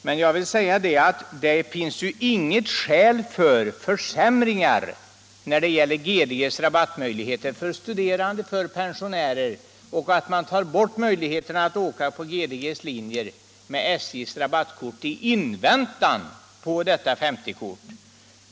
Men det är ju inget skäl för försämringar när det gäller GDG:s rabattmöjligheter för studerande och pensionärer och för ett borttagande av möjligheterna att resa på GDG:s linjer med SJ:s rabattkort i avvaktan på detta 50-kort.